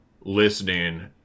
listening